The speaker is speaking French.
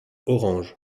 orange